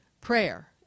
prayer